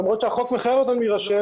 למרות שהחוק מחייב אותם להירשם,